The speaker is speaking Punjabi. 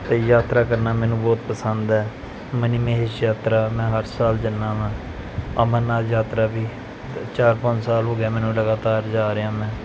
ਅਤੇ ਯਾਤਰਾ ਕਰਨਾ ਮੈਨੂੰ ਬਹੁਤ ਪਸੰਦ ਹੈ ਮਨੀਮਹੇਸ਼ ਯਾਤਰਾ ਮੈਂ ਹਰ ਸਾਲ ਜਾਂਦਾ ਹਾਂ ਅਮਰਨਾਥ ਯਾਤਰਾ ਵੀ ਅਤੇ ਚਾਰ ਪੰਜ ਸਾਲ ਹੋ ਗਿਆ ਮੈਨੂੰ ਲਗਾਤਾਰ ਜਾ ਰਿਹਾ ਮੈਂ